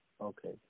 okay